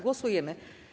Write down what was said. Głosujemy.